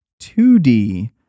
2D